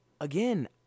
again